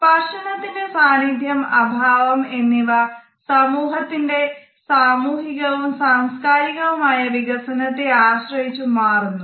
സ്പർശനത്തിന്റ സാന്നിധ്യം അഭാവം എന്നിവ സമൂഹത്തിന്റെ സാമൂഹികവും സാംസകാരികവുമായ വികസനത്തെ ആശ്രയിച്ച് മാറുന്നു